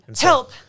Help